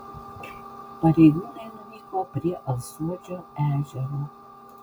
pareigūnai nuvyko prie alsuodžio ežero